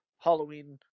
Halloween